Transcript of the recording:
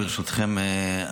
ברשותכם,